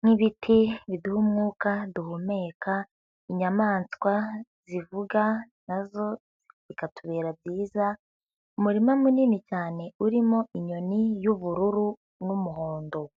nk'ibiti biduha umwuka duhumeka, inyamaswa zivuga na zo bikatubera byiza, umurima munini cyane urimo inyoni y'ubururu n'umuhondo.